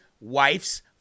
wife's